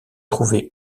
trouvait